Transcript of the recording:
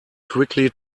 quickly